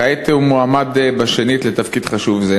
כעת הוא מועמד שנית לתפקיד חשוב זה.